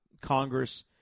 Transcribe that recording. Congress